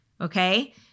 okay